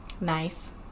Nice